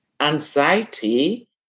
anxiety